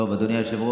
טוב, אדוני היושב-ראש,